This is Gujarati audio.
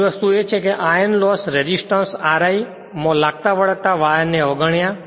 બીજી વસ્તુ એ છે કે આયર્ન લોસ રેઝિસ્ટન્સ Ri માં લાગતા વળગતા વાયર ને અવગણ્યા